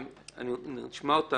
תשמע אותם,